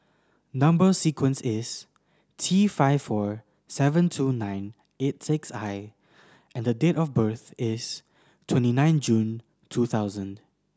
number sequence is T five four seven two nine eight six I and date of birth is twenty nine June two thousand